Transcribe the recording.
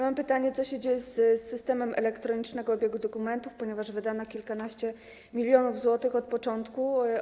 Mam pytanie, co się dzieje z systemem elektronicznego obiegu dokumentów, ponieważ wydano kilkanaście milionów złotych od początku.